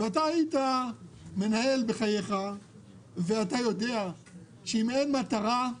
אתה היית מנהל בחייך ואתה יודע שאם אין מטרה,